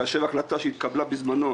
כאשר ההחלטה שהתקבלה בזמנו